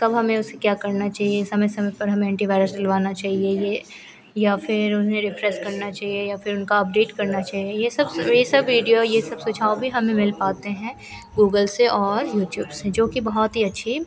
कब हमें उसे क्या करना चाहिए समय समय पर हमें एन्टीवाइरस डलवाना चाहिए यह या फिर उन्हें रिफ्रेश करना चाहिए या फिर उनको अपडेट करना चाहिए यह सब यह सब वीडियो यह सब सुझाव हमें मिल पाते हैं गूगल से और यूट्यूब से जोकि बहुत ही अच्छी